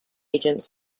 agents